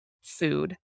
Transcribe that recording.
food